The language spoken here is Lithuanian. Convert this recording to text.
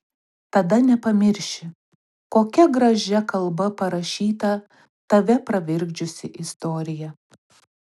tada nepamirši kokia gražia kalba parašyta tave pravirkdžiusi istorija